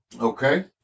Okay